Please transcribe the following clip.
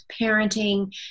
parenting